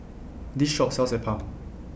This Shop sells Appam